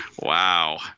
Wow